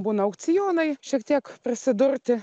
būna aukcionai šiek tiek prisidurti